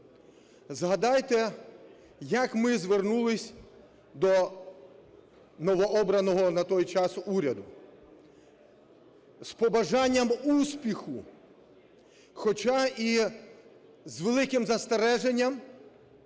Згадайте, як ми звернулися до новообраного на той час уряду, з побажанням успіху, хоча і з великим застереженням